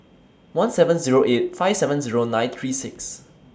one seven Zero eight five seven Zero nine three six